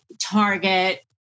target